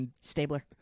Stabler